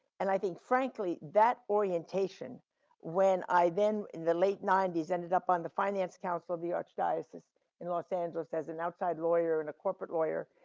and i think, frankly, that orientation when i in the late ninety s, ended up on the finance council of the archdiocese in los angeles as an outside lawyer and a corporate lawyer.